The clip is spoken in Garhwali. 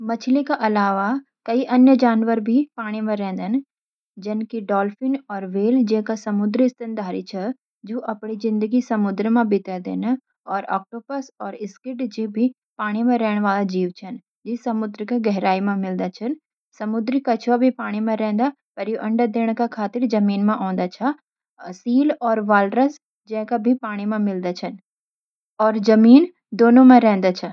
मछली के अलावा, कई अन्य जानवर भी पानी मा रैंदन। जन की डॉल्फिन और व्हेल जैन्का समुद्री स्तनधारी च, जिण अपनी जिंदगी समुंदर मा बिता देने। अऊ, ऑक्टोपस और स्क्विड जैन्का भी पानी मा रैण वाला जीव चन, जिण समुद्र का गहराई मा मिलदन। समुद्री कछुआ भी पानी मा रैणदा, पर यो अंडा देण का खातिर जमीन पर आवणा। सील और वालरस (समुद्री शेर) जैन्का भी पानी और जमीन दूनुं मा रहदा छ।